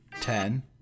ten